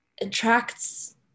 attracts